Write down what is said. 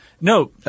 No